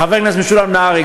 חבר הכנסת משולם נהרי,